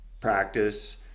practice